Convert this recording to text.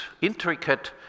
intricate